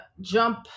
jump